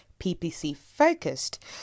PPC-focused